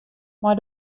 mei